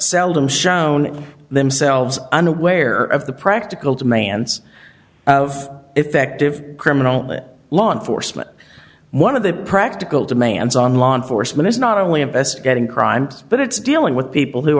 seldom shown themselves unaware of the practical demands of effective criminal law enforcement one of the practical demands on law enforcement is not only investigating crimes but it's dealing with people who